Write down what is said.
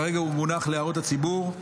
כרגע הוא מונח להערות הציבור,